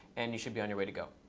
and you should be on your way to go.